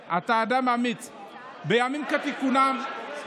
ציון, אני אשמח שגברתי תתקן אותי, היא תיקנה אותך.